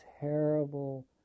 terrible